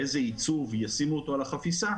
באיזה עיצוב ישימו אותו על החפיסה.